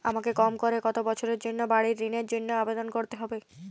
আমাকে কম করে কতো বছরের জন্য বাড়ীর ঋণের জন্য আবেদন করতে হবে?